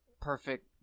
perfect